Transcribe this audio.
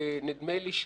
נדמה לי,